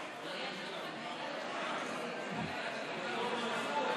אי-אמון בממשלה לא נתקבלה.